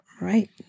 Right